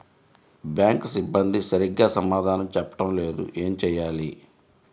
Bank సిబ్బంది సరిగ్గా సమాధానం చెప్పటం లేదు ఏం చెయ్యాలి?